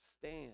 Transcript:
stand